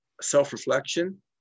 self-reflection